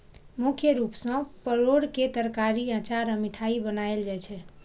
मुख्य रूप सं परोर के तरकारी, अचार आ मिठाइ बनायल जाइ छै